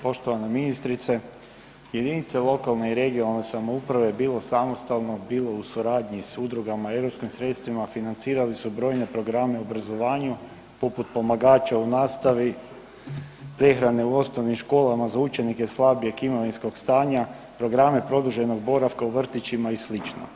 Poštovana ministrice, jedinice i lokalne samouprave bilo samostalno, bilo u suradnji s udrugama europskim sredstvima financirali su brojne programe u obrazovanju, poput pomagača u nastavi, prehrane u osnovnim školama za učenike slabijeg imovinskog stanja, programe produženog boravka u vrtićima i sl.